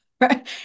right